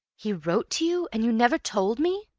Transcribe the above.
he wrote to you! and you never told me!